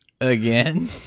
Again